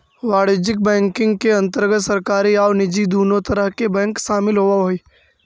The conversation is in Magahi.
वाणिज्यिक बैंकिंग के अंतर्गत सरकारी आउ निजी दुनों तरह के बैंक शामिल होवऽ हइ